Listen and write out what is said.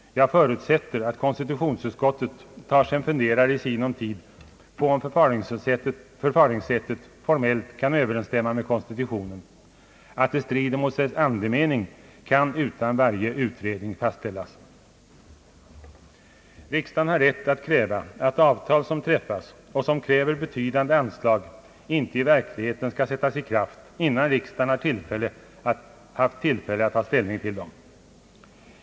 Jag förutsätter att konstitutionsutskottet i sinom tid tar sig en funderare på om förfaringssättet formellt kan överensstämma med konstitutionen. Att det strider mot dess andemening kan utan varje utredning fastställas. Riksdagen har rätt att begära att avtal som träffas och som kräver betydande anslag inte i verkligheten skall sättas i kraft innan riksdagen haft tillfälle att ta ställning till dem.